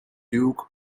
duke